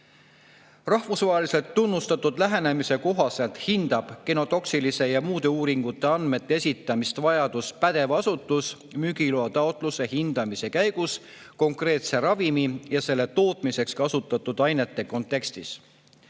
Rahvusvaheliselt tunnustatud lähenemise kohaselt hindab genotoksilisuse ja muude uuringute andmete esitamise vajadust pädev asutus müügiloa taotluse hindamise käigus konkreetse ravimi ja selle tootmiseks kasutatud ainete kontekstis.